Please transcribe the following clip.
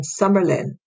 Summerlin